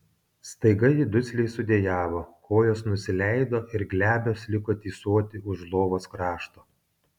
staiga ji dusliai sudejavo kojos nusileido ir glebios liko tysoti už lovos krašto